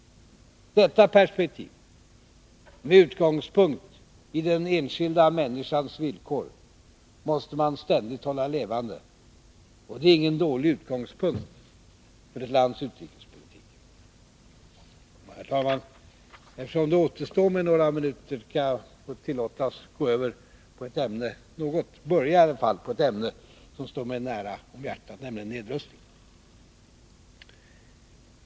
Detta perspektiv måste man ständigt hålla levande. Och det är ingen dålig utgångspunkt för ett lands utrikespolitik. Herr talman! Eftersom det återstår några minuter för mig kanske jag kan tillåtas att gå över till ett ämne som ligger mitt hjärta nära, nämligen nedrustningen.